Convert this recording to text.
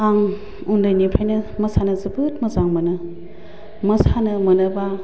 आं उन्दैनिफ्रायनो मोसानो जोबोद मोजां मोनो मोसानो मोनोबा